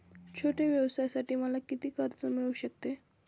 छोट्या व्यवसायासाठी मला किती कर्ज मिळू शकते?